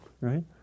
right